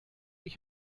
ich